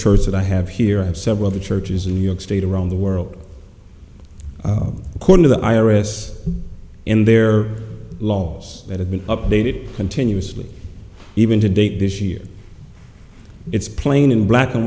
church that i have here i have several of the churches in new york state around the world according to the i r s in their laws that have been updated continuously even to date this year it's plain in black and